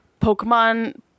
Pokemon